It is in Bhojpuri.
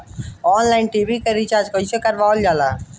ऑनलाइन टी.वी के रिचार्ज कईसे करल जाला?